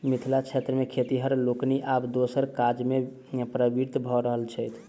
मिथिला क्षेत्र मे खेतिहर लोकनि आब दोसर काजमे प्रवृत्त भ रहल छथि